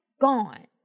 gone